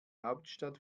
hauptstadt